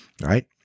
right